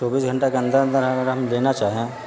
چوبیس گھنٹہ کے اندر اندر اگر ہم لینا چاہیں